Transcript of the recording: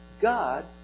God